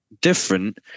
different